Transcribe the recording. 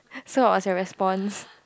so I was like respond